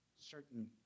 Certain